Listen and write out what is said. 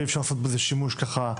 ואי אפשר לעשות בזה שימוש ככה,